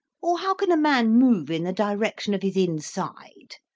or how can a man move in the direction of his inside.